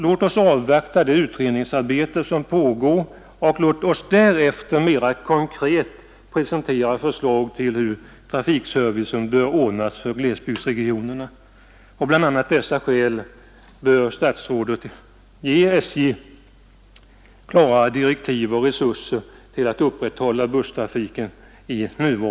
Låt oss avvakta det utredningsarbete som pågår och låt oss därefter mera konkret presentera förslag till hur trafikservicen bör ordnas för glesbygdsregionerna!